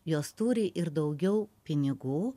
jos turi ir daugiau pinigų